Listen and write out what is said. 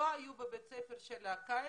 וגם לא היו בבית הספר של הקיץ.